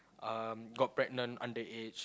uh got pregnant underage